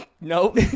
nope